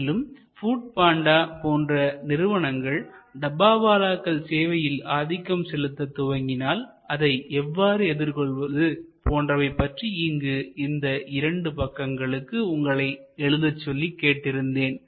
மேலும் Food Panda போன்ற நிறுவனங்கள் டப்பாவாலாக்கள் சேவையில் ஆதிக்கம் செலுத்த துவங்கினால் அதை எவ்வாறு எதிர்கொள்வது போன்றவை பற்றி இங்குள்ள இந்த இரண்டு பக்கங்களுக்கு உங்களை எழுதச்சொல்லி கேட்டிருந்தேன்